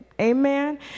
Amen